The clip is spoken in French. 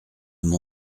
mon